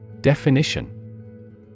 Definition